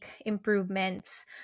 improvements